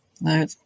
No